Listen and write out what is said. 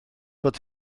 bod